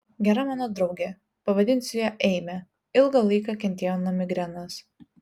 gera mano draugė pavadinsiu ją eime ilgą laiką kentėjo nuo migrenos